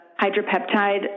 hydropeptide